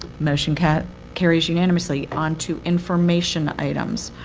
motion carries carries unanimously. on to information items.